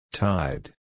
Tide